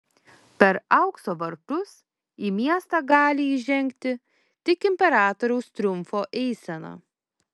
per aukso vartus į miestą gali įžengti tik imperatoriaus triumfo eisena